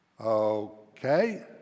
Okay